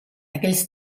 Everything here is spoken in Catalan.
aquells